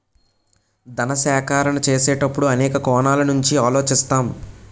ధన సేకరణ చేసేటప్పుడు అనేక కోణాల నుంచి ఆలోచిస్తాం